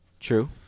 True